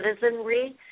citizenry